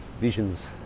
visions